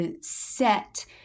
set